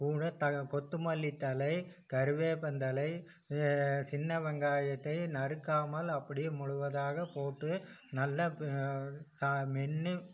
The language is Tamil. ஊன தழை கொத்தமல்லி தழை கருவேப்பந்தழை சின்ன வெங்காயத்தை நறுக்காமல் அப்படியே முழுதாக போட்டு நல்லா பா சா மென்று